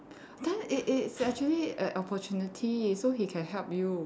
then it it it's actually an opportunity so he can help you